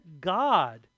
God